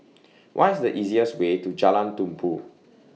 What IS The easiest Way to Jalan Tumpu